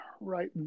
right